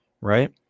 right